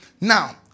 now